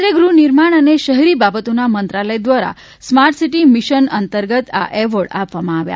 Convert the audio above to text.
કેન્દ્રીય ગૃહ નિર્માણ અને શહેરી બાબતોના મંત્રાલય દ્વારા સ્માર્ટ સીટી મિશન અંતર્ગત આ એ વોર્ડ આપવામાં આવ્યા